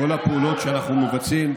כל הפעולות שאנחנו מבצעים,